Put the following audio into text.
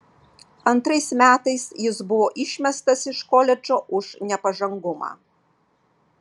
antrais metais jis buvo išmestas iš koledžo už nepažangumą